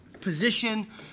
position